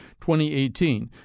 2018